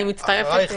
תודה.